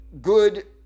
Good